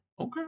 okay